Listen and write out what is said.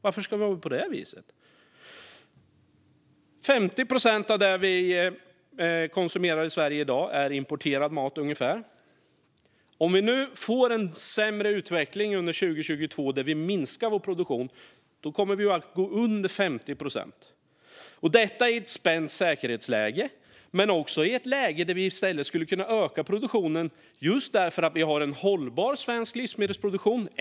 Varför ska det vara på det viset? Ungefär 50 procent av den mat vi konsumerar i Sverige i dag är importerad. Om vi får en sämre utveckling under 2022 och minskar vår produktion kommer vi att gå under 50 procent, detta i ett spänt säkerhetsläge men också i ett läge när vi i stället skulle kunna öka produktionen just för att vi har en hållbar svensk livsmedelsproduktion.